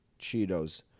Cheetos